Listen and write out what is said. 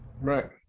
Right